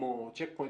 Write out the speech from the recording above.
כמו צ'ק פוינט,